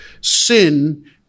sin